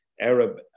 Arab